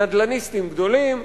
נדל"ניסטים גדולים,